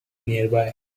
nearby